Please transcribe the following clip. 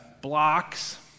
blocks